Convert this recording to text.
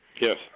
Yes